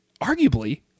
arguably